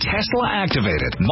Tesla-activated